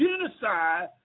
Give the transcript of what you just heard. genocide